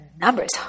numbers